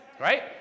Right